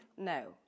No